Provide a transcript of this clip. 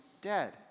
dead